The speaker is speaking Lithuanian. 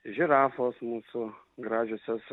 žirafos mūsų gražiosios